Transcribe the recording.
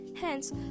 Hence